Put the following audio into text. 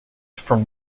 from